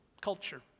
culture